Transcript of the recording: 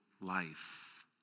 life